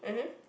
mmhmm